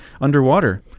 underwater